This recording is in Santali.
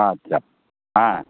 ᱟᱪᱪᱷᱟ ᱦᱮᱸ